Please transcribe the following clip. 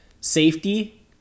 Safety